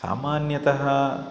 सामान्यतः